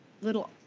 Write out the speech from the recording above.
little